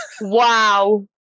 Wow